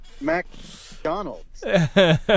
McDonald's